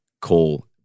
call